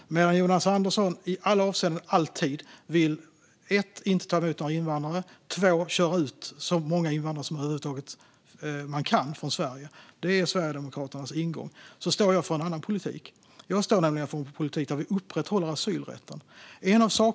Fru ålderspresident! Jag tror att skillnaderna framträder ganska klart här i debatten. Jonas Andersson vill alltid och i alla avseenden dels inte ta emot några invandrare, dels köra ut så många invandrare ur Sverige som man över huvud taget kan. Det är Sverigedemokraternas ingång. Jag står för en annan politik, nämligen en politik där vi upprätthåller asylrätten.